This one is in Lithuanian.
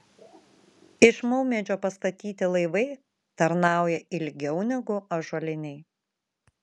iš maumedžio pastatyti laivai tarnauja ilgiau negu ąžuoliniai